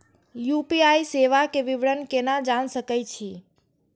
UPI सेवा के विवरण केना जान सके छी?